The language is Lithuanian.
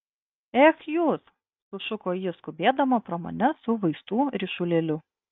ech jūs sušuko ji skubėdama pro mane su vaistų ryšulėliu